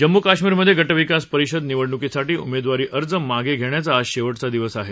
जम्मू कश्मीरमधे गटविकास परिषद निवडणुकीसाठी उमेदवारी अर्ज मागं घेण्याचा आज शेवटचा दिवस आहे